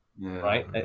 Right